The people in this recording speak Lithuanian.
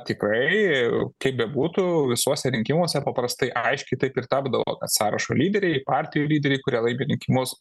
tikrai kaip bebūtų visuose rinkimuose paprastai aiškiai taip ir tapdavo sąrašo lyderiai partijų lyderiai kurie laimi rinkimus